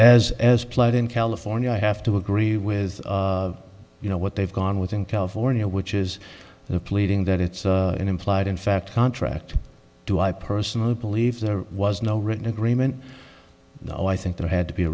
as as applied in california i have to agree with you know what they've gone with in california which is the pleading that it's an implied in fact contract do i personally believe there was no written agreement now i think there had to be